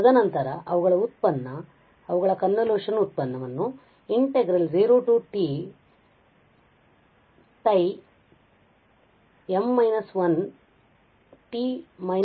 ತದನಂತರ ಅವುಗಳ ಉತ್ಪನ್ನವನ್ನು ಅವುಗಳ ಕನ್ವೊಲ್ಯೂಶನ್ ಉತ್ಪನ್ನ ವನ್ನು 0tτ m−1 t − τ n−1 dτ